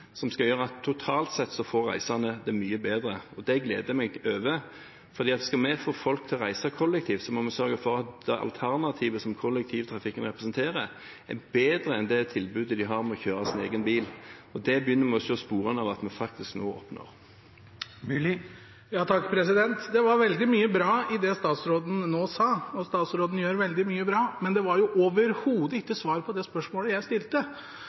som skal gjøre at reisende totalt sett får det mye bedre. Det gleder jeg meg over, for skal vi få folk til å reise kollektivt, må vi sørge for at det alternativet som kollektivtrafikken representerer, er bedre enn det tilbudet folk har med å kjøre sin egen bil. Det begynner vi å se sporene av at vi faktisk nå oppnår. Det var veldig mye bra i det statsråden nå sa, og statsråden gjør veldig mye bra. Men det var overhodet ikke svar på det spørsmålet jeg stilte.